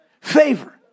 Favor